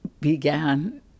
began